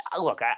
Look